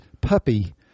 puppy